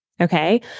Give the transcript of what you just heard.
Okay